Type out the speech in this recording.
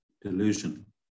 Delusion